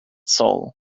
soul